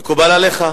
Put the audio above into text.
מקובל עליך?